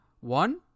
one